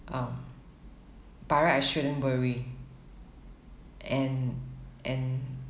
um by right I shouldn't worry and and